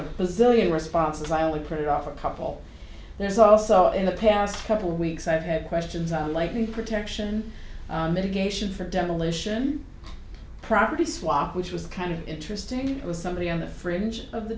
bazillion responses i only printed off a couple there's also in the past couple weeks i've had questions on lightning protection mitigation for demolition property swap which was kind of interesting it was somebody on the fringe of the